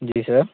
जी sir